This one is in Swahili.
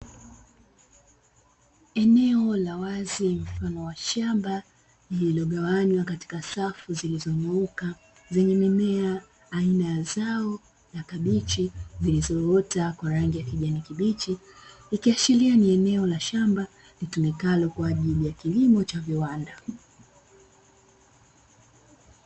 Eneo la wazi mfano wa shamba lililo gawanywa katika safu zilizonyooka zenye mimea aina ya zao la kabichi, zilizoota kwa rangi ya kijani kibichi ikiashiria ni eneo la shamba litumikalo kwaajili ya kilimo cha viwanda.